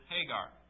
Hagar